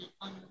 on